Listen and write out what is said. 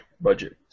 budget